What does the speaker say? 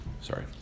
Sorry